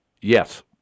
Yes